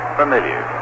familiar